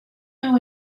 know